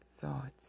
thoughts